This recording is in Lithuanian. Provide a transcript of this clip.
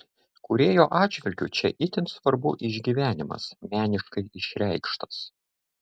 kūrėjo atžvilgiu čia itin svarbu išgyvenimas meniškai išreikštas